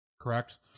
Correct